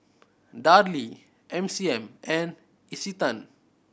Darlie M C M and Isetan